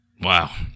Wow